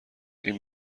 این